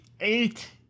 eight